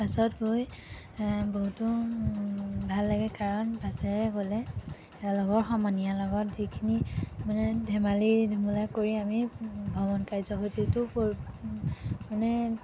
বাছত গৈ আ বহুতো ভাল লাগে কাৰণ বাছেৰে গ'লে লগৰ সমনীয়াৰ লগত যিখিনি মানে ধেমালি ধূমূলা কৰি আমি ভ্ৰমণ কাৰ্যসূচীটো মানে